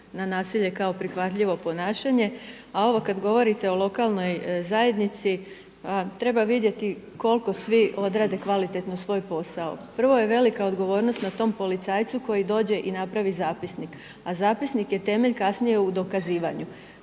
na nasilje kao prihvatljivo ponašanje. A ovo kada govorite o lokalnoj zajednici, treba vidjeti koliko svi odrade kvalitetno svoj posao. Prvo je velika odgovornost na tom policajcu koji dođe i napravi zapisnik, a zapisnik je temelj kasnije u dokazivanju.